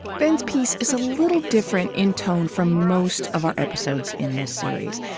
ben's piece is a little different in tone from most of our episodes in this series.